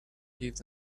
heaved